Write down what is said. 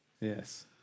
Yes